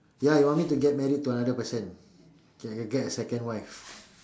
ya you want me to get married to another person get get a second wife